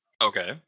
Okay